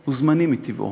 הוא זמני, מטבעו.